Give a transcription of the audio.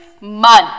month